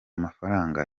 amafaranga